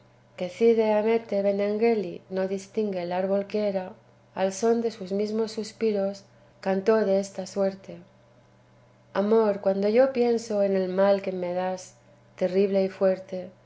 alcornoque que cide hamete benengeli no distingue el árbol que era al son de sus mesmos suspiros cantó de esta suerte amor cuando yo pienso en el mal que me das terrible y fuerte